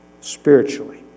spiritually